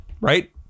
right